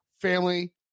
family